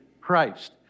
Christ